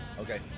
okay